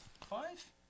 five